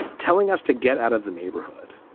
telling us to get out of the neighborhood.